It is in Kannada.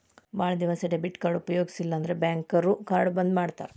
ಭಾಳ್ ದಿವಸ ಡೆಬಿಟ್ ಕಾರ್ಡ್ನ ಉಪಯೋಗಿಸಿಲ್ಲಂದ್ರ ಬ್ಯಾಂಕ್ನೋರು ಕಾರ್ಡ್ನ ಬಂದ್ ಮಾಡ್ತಾರಾ